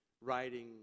writing